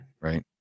right